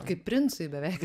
kaip princui beveik